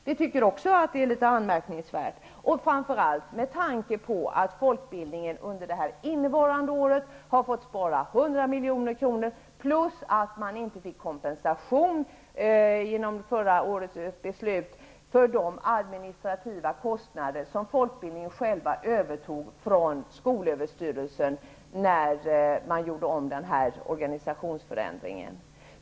Vi tycker att deras förslag är ganska anmärkningsvärt, framför allt med tanke på att folkbildningen under innevarande år har fått spara 100 milj.kr. och att man inte genom förra årets beslut fick kompensation för de administrativa kostnader som folkbildningen övertog från skolöverstyrelsen i samband med organisationsförändringen.